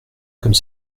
comme